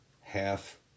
half